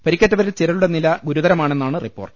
പരിക്കേറ്റവരിൽ ചിലരുടെ നില ഗുരുതരമാണെന്നാണ് റിപ്പോർട്ട്